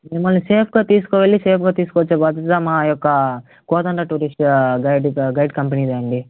మిమ్మల్ని సేఫ్గా తీసుకువెళ్ళి సేఫ్గా తీసుకువచ్చే బాధ్యత మా యొక్క కోదండ టూరిస్టు గైడుతో గైడ్ కంపెనీదే అండి